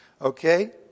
Okay